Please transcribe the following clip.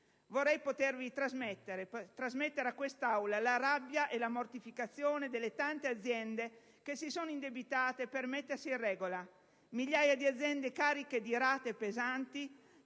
Vorrei poter trasmettere a quest'Aula la rabbia e la mortificazione delle tante aziende che si sono indebitate per mettersi in regola; migliaia di aziende, cariche di rate pesanti